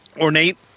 ornate